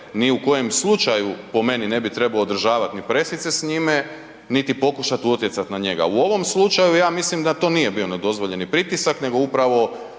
nije u kojem slučaju, po meni, ne bi trebao održavati ni presice s njime niti pokušati utjecati na njega. U ovom slučaju ja mislim da to nije bio nedozvoljeni pritisak, nego upravo